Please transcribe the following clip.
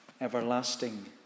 everlasting